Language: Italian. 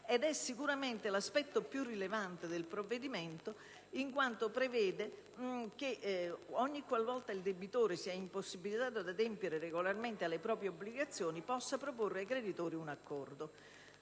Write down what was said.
è sicuramente l'aspetto più rilevante del provvedimento, in quanto si prevede che ogni qual volta il debitore sia impossibilitato ad adempiere regolarmente alle proprie obbligazioni, possa proporre ai creditori un accordo.